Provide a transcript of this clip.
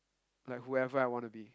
like whoever I wanna be